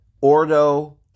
Ordo